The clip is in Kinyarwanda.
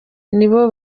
nibo